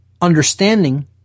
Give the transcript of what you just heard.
understanding